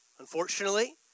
Unfortunately